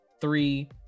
three